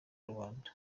rubanda